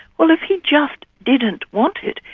well, if he just didn't want it,